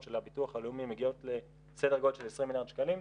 של הביטוח הלאומי מגיעות לסדר גודל של 20 מיליארד שקלים,